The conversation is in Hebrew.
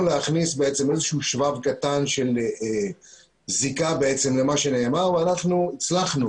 להכניס איזשהו שבב קטן של זיקה למה שנאמר ואנחנו הצלחנו